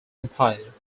empire